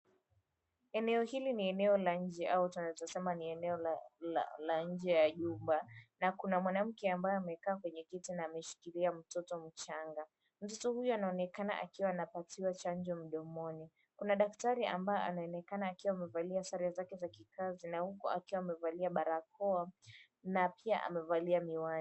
Eneo hili ni la nje ama tunaweza sema ni eneo hili ni la nje ya jumba na kuna mwanamke amekaa kwa kiti ameshikilia mtoto mchanga. Mtoto huyu anaonekana akiwa anapatiwa chanjo mdomoni. Kuna daktari ambaye anaonekana akiwa amevalia Sare zake za kikaazi na huku pia amevalia barakoa huku pia amevalia miwani.